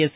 S